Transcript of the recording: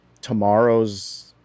tomorrow's